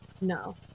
no